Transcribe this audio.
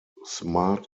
smart